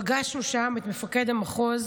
פגשנו שם את מפקד המחוז